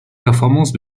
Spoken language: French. performance